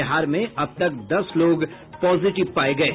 बिहार में अब तक दस लोग पॉजेटिव पाये गये